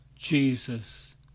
Jesus